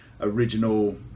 original